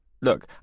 look